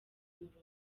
murongo